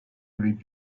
avec